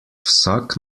vsak